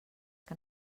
que